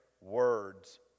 words